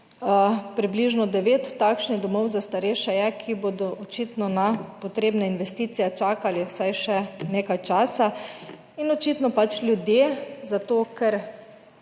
približno devet takšnih domov za starejše je, ki bodo očitno na potrebne investicije čakali vsaj še nekaj časa. In očitno pač ljudje - zato ker